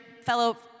fellow